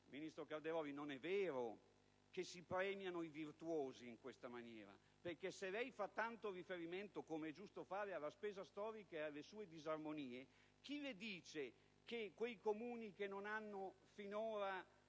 ministro Calderoli, non è vero che in questa maniera si premino i virtuosi, perché se lei fa tanto riferimento - com'è giusto fare - alla spesa storica e alle sue disarmonie, chi le dice che quei Comuni che non hanno finora